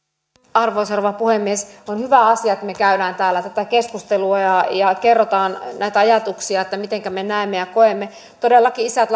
arvoisa rouva puhemies on hyvä asia että me käymme täällä tätä keskustelua ja ja kerromme näitä ajatuksia siitä mitenkä me näemme ja koemme todellakin isät